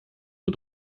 nur